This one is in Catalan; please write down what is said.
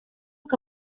que